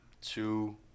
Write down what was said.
two